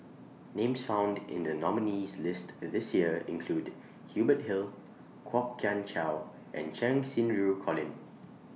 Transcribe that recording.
Names found in The nominees' list This Year include Hubert Hill Kwok Kian Chow and Cheng Xinru Colin